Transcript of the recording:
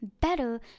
better